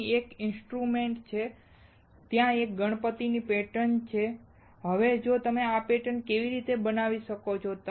અહીં એક ઇન્સ્ટ્રુમન્ટ્ છે અને ત્યાં ગણેશ પૅટર્ન પણ છે હવે તમે આ પેટર્ન કેવી રીતે બનાવી શકો છો